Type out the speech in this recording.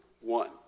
One